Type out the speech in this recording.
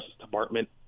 Department